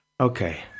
okay